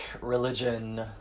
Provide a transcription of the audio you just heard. religion